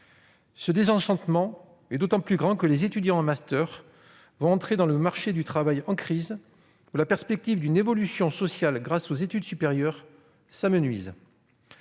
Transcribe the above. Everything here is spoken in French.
Le désenchantement est d'autant plus grand que les étudiants en master vont entrer sur un marché du travail en crise, où la perspective d'une évolution sociale permise par l'accomplissement d'études supérieures s'amenuise.